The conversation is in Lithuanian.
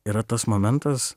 yra tas momentas